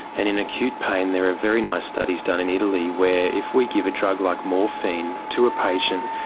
and in acute pain there are very nice studies done in italy where if we give a drug like morphine to a patient,